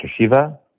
Shiva